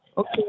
Okay